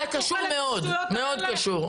זה קשור מאוד, מאוד קשור.